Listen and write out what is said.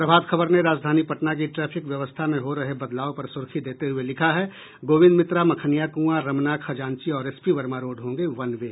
प्रभात खबर ने राजधानी पटना की ट्रैफिक व्यवस्था में हो रहे बदलाव पर सुर्खी देते हुये लिखा है गोविंद मित्रा मखनियां कुआं रमणा खजांची व एसपी वर्मा रोड होंगे वन वे